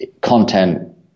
content